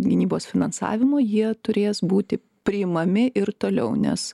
gynybos finansavimo jie turės būti priimami ir toliau nes